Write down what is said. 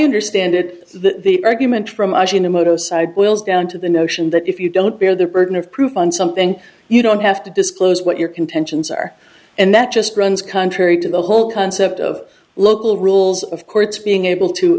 understand it the argument from the moto side boils down to the notion that if you don't bear the burden of proof on something you don't have to disclose what your contentions are and that just runs contrary to the whole concept of local rules of courts being able to